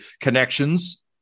connections